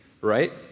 right